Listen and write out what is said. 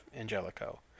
Angelico